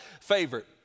favorite